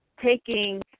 taking